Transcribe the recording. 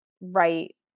right